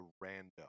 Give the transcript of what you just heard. random